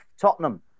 Tottenham